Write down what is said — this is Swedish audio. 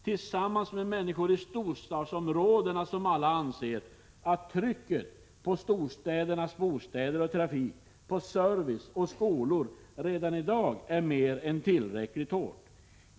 Tillsammans med människor i storstadsområdena, som alla anser att trycket på storstädernas bostäder och trafik, på service och skolor redan i dag är mer än tillräckligt hård.